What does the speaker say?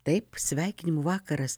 taip sveikinimų vakaras